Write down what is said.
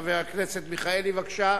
חבר הכנסת מיכאלי, בבקשה.